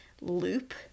loop